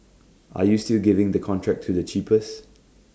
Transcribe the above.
are you still giving the contract to the cheapest